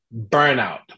burnout